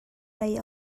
lei